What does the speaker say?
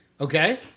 Okay